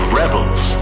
rebels